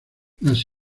las